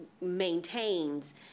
maintains